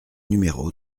numéro